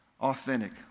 authentic